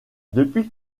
depuis